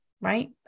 right